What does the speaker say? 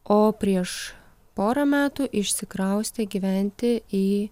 o prieš porą metų išsikraustė gyventi į